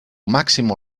máximo